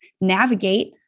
navigate